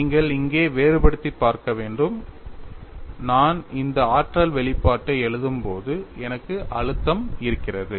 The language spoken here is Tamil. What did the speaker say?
நீங்கள் இங்கே வேறுபடுத்திப் பார்க்க வேண்டும் நான் இந்த ஆற்றல் வெளிப்பாட்டை எழுதும் போது எனக்கு அழுத்தம் இருக்கிறது